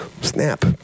snap